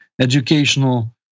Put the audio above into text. educational